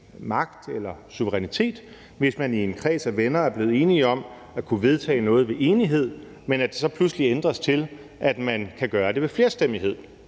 magt eller suverænitet, hvis man i en kreds af venner er blevet enig om at kunne vedtage noget ved enighed, og hvor det så pludselig ændres til, at man kan gøre det ved flerstemmighed